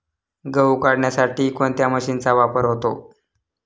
गहू काढण्यासाठी कोणत्या मशीनचा वापर होतो?